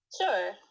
Sure